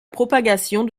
propagation